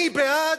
מי בעד?